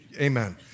amen